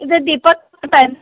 ಇದು ದೀಪಕ್ ಮಾರ್ಟ್ ಏನುರಿ